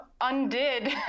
undid